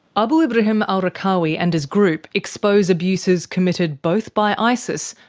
abu ibrahim al-raqqawi and his group expose abuses committed both by isis,